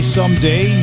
Someday